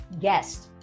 guest